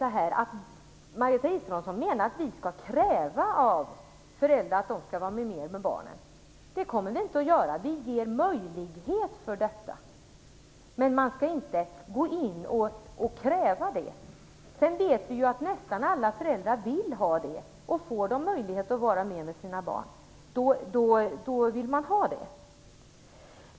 Margareta Israelsson menar att vi skulle kräva av föräldrarna att de skulle vara mer tillsammans med barnen. Det kommer vi inte att göra. Vi ger möjlighet för detta, men man bör inte gå in och kräva det. Vi vet ju att nästan alla föräldrar vill vara mer med barnen. Får de möjligheten så vill de ha den.